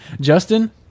Justin